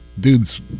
dude's